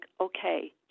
okay